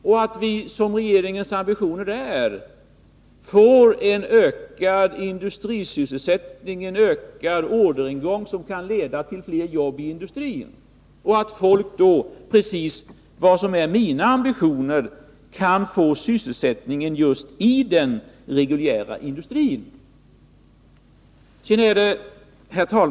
Vi får, och det är regeringens ambition, en ökad industrisysselsättning och en ökad orderingång som kan leda till fler jobb i industrin, och då kan folk få sysselsättning just i den reguljära industrin, vilket har varit min ambition.